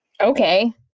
Okay